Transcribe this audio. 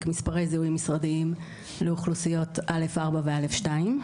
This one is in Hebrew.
מספרי זיהוי משרדיים לאוכלוסיית א'4 ו-א'2?